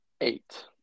Eight